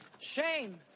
shame